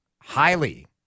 highly